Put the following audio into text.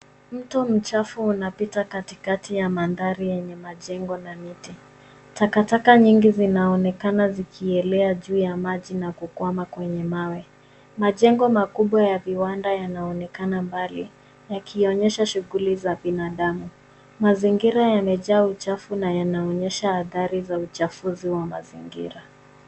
Mto mchafu unapita kati kati ya mandhari yenye majengo na miti. Takataka nyingi zinaonekana zikielea juu ya maji na kukwama kwenye mawe. Majengo makubwa ya viwanda yanaonekana mbali yakionyesha shughuli za binadamu. Mazingira yamejaa uchafu na yanaonyesha adhari za uchafuzi wa mazingira.